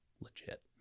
legit